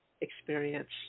experience